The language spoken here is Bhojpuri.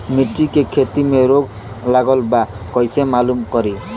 मिर्ची के खेती में रोग लगल बा कईसे मालूम करि?